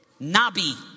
Nabi